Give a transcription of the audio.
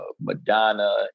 Madonna